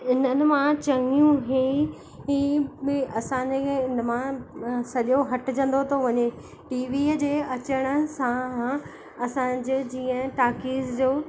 हिननि मां चङियूं इहे ई ई बि असांजे के इन मां सॼो हटिजंदो थो वञे टीवीअ जे अचण सां असांजे जीअं ताकीज़ जो